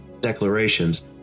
declarations